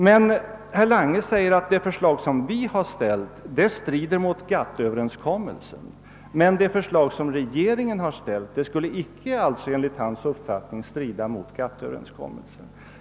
Herr Lange säger att det förslag som vi har framlagt strider mot GATT-överenskommelsen, men att det förslag som regeringen har framlagt enligt hans uppfattning alltså icke strider mot GATT-överenskommelsen.